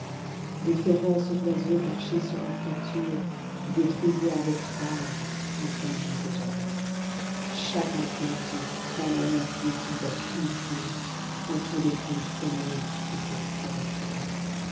de féroces oiseaux perchés sur leur pâturedétruisaient avec rage un pendu déjà mûr chacun plantant comme un outil son bec impurdans tous les coins saignants de cette pourriture